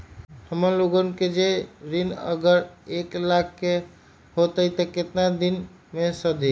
हमन लोगन के जे ऋन अगर एक लाख के होई त केतना दिन मे सधी?